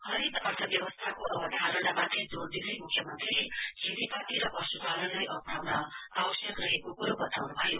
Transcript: हरित अर्थव्यवस्थाको अवधारणामाथि जोड़ दिँदै मुख्यमन्त्रीले खेतीपाती र पशुपालनलाई अप्नाउन आवश्यक रहेको कुरो बताउनु भयो